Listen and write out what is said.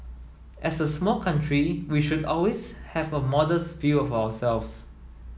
as a small country we should always have a modest view of ourselves